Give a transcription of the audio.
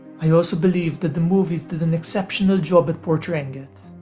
i also believe that the movies did an exceptional job at portraying it,